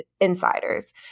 insiders